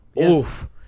Oof